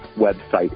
website